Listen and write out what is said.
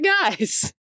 guys